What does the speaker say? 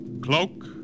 Cloak